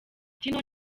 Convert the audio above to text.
tino